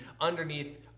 underneath